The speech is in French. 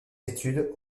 études